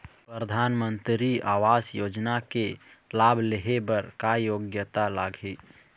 परधानमंतरी आवास योजना के लाभ ले हे बर का योग्यता लाग ही?